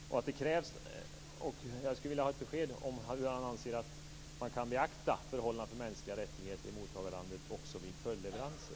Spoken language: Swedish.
Jag skulle vilja ha ett besked om hur han anser att man kan beakta förhållandena för mänskliga rättigheter i mottagarlandet också vid följdleveranser.